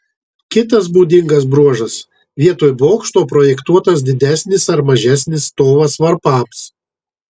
kitas būdingas bruožas vietoj bokšto projektuotas didesnis ar mažesnis stovas varpams